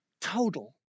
Total